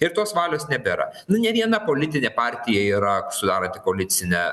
ir tos valios nebėra nu ne viena politinė partija yra sudaranti koalicinę